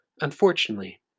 Unfortunately